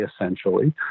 essentially